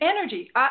energy